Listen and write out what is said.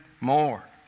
more